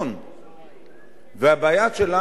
הבעיה שלנו עם החקיקה הזאת,